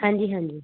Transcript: ਹਾਂਜੀ ਹਾਂਜੀ